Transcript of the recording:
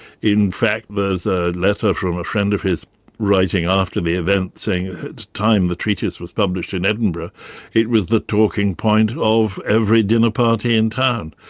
in fact there's a letter from a friend of his writing after the event saying at the time the treatise was published in edinburgh it was the talking point of every dinner party in town.